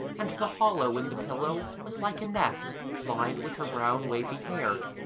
and the hollow in the pillow was like a nest lined with her brown wavy hair.